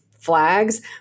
flags